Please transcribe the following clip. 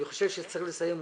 אני חושב שצריך לסיים אותם.